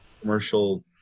commercial